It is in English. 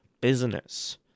business